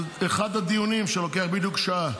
זה אחד הדיונים שלוקחים בדיוק שעה.